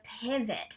pivot